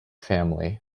family